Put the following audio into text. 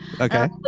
Okay